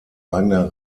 eigener